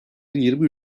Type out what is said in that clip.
yirmi